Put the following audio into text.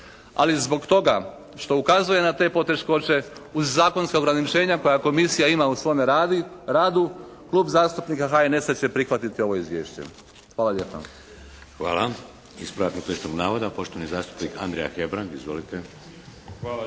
Ali zbog toga što ukazuje na te poteškoće uz zakonska ograničenja koja komisija ima u svome radu Klub zastupnika HNS-a će prihvatiti ovo izvješće. Hvala lijepa.